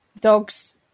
dogs